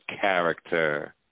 character